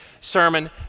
sermon